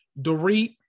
Dorit